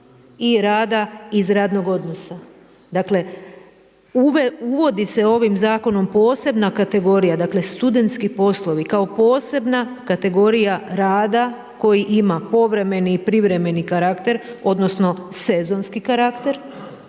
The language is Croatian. i rada iz radnog odnosa. Dakle, uvodi se ovim zakonom posebna kategorija, dakle studentski poslovi kao posebna kategorija rada koji ima povremeni i privremeni karakter, odnosno sezonski karakter.